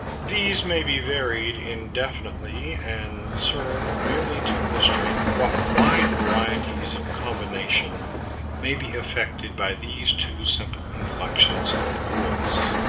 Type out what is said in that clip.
these may be varied indefinitely, and serve merely to illustrate what wide varieties of combination may be effected by these two simple inflections of the voice.